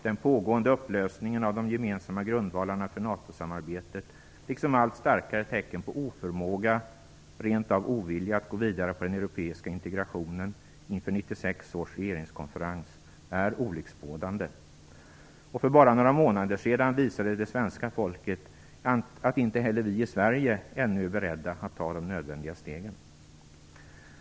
Den pågående upplösningen av de gemensamma grundvalarna för NATO-samarbetet liksom allt starkare tecken på oförmåga och rent av ovilja att gå vidare på den europeiska integrationen inför 1996 års regeringskonferens är olycksbådande. För bara några månader sedan visade det svenska folket att inte heller vi i Sverige ännu är beredda att ta de nödvändiga stegen.